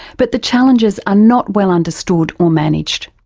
but the challenges are not well understood or managed.